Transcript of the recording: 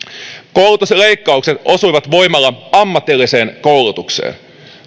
koulutusleikkaukset osuivat voimalla ammatilliseen koulutukseen